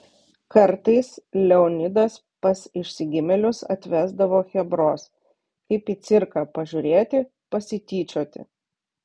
kartais leonidas pas išsigimėlius atvesdavo chebros kaip į cirką pažiūrėti pasityčioti